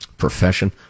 Profession